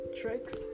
tricks